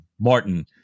Martin